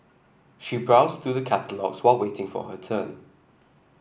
she browsed through the catalogues while waiting for her turn